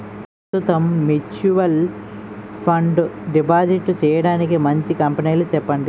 ప్రస్తుతం mutual fund deposit చేయడానికి మంచి కంపెనీలు చెప్పండి